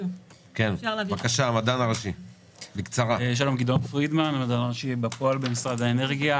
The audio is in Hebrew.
בבקשה המדען הראשי של משרד האנרגיה.